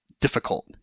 difficult